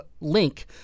Link